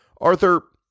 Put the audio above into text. Arthur